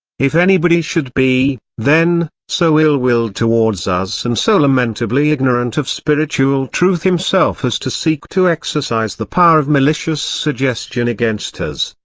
if anybody should be, then, so ill-willed towards us and so lamentably ignorant of spiritual truth himself as to seek to exercise the power of malicious suggestion against us,